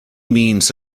means